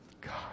God